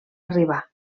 arribar